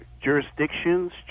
jurisdictions